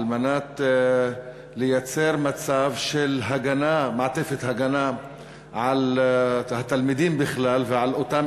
על מנת ליצור מצב של מעטפת הגנה על התלמידים בכלל ועל אותם